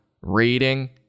reading